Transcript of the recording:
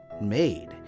made